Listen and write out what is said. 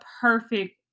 perfect